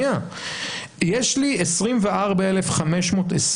יש לי 24,520